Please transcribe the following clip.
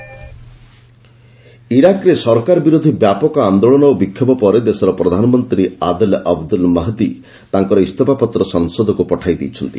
Iraq ପିମି ଇରାକ୍ରେ ସରକାର ବିରୋଧୀ ବ୍ୟାପକ ଆନ୍ଦୋଳନ ଓ ବିକ୍ଷୋଭ ପରେ ଦେଶର ପ୍ରଧାନମନ୍ତ୍ରୀ ଆଦେଲ ଅବଦୁଲ୍ ମହଦି ତାଙ୍କର ଇସ୍ତଫାପତ୍ର ସଂସଦକୁ ପଠାଇ ଦେଇଛନ୍ତି